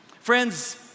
Friends